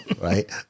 right